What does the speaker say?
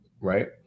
Right